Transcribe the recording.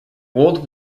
world